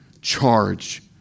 charge